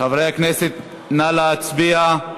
חברי הכנסת, נא להצביע.